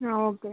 ఆ ఓకే